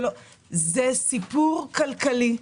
זה סיפור כלכלי.